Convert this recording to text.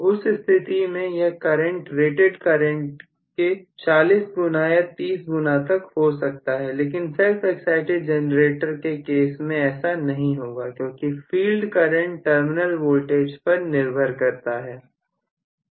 उस स्थिति में यह करंट रेटेड करंट के 40 गुना या 30 गुना तक हो सकता है लेकिन self excited जनरेटर दे केस में ऐसा नहीं होगा क्योंकि फील्ड करंट टर्मिनल वोल्टेज पर निर्भर करता है